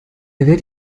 wer